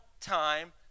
time